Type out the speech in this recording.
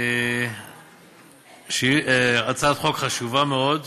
היטב, היטב אני יכול להסביר לו, אבל,